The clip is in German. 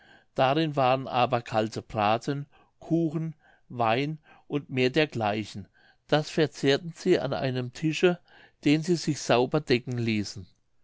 darin waren aber kalte braten kuchen wein und mehr dergleichen das verzehrten sie an einem tische den sie sich sauber decken ließen